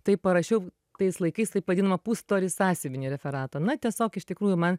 taip parašiau tais laikais taip vadinamą pustorį sąsiuvinį referatą na tiesiog iš tikrųjų man